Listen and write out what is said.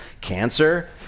cancer